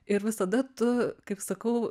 ir visada tu kaip sakau